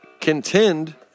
contend